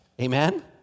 Amen